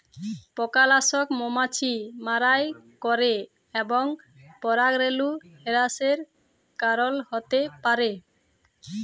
পকালাসক মমাছি মারাই ক্যরে এবং পরাগরেলু হেরাসের কারল হ্যতে পারে